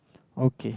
okay